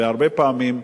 הרבה פעמים,